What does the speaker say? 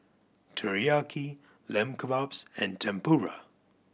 Teriyaki Lamb Kebabs and Tempura